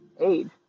age